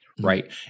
right